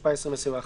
התשפ"א - 2021